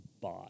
buy